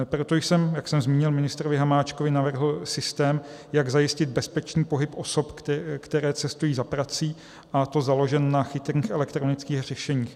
Proto jsem, jak jsem zmínil ministrovi Hamáčkovi, navrhl systém, jak zajistit bezpečný pohyb osob, které cestují za prací, a to založený na chytrých elektronických řešeních.